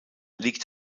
liegt